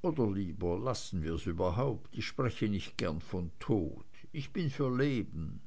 oder lieber lassen wir's überhaupt ich spreche nicht gern von tod ich bin für leben